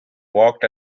worked